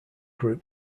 group